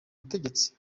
butegetsi